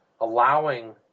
allowing